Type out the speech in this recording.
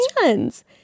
hands